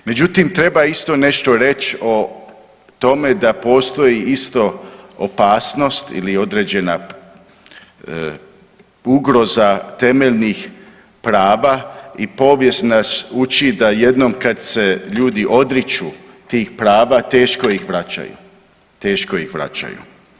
Međutim, treba isto nešto reć o tome da postoji isto opasnost ili određena ugroza temeljnih prava i povijest nas uči da jednom kad se ljudi odriču tih prava teško ih vraćaju, teško ih vraćaju.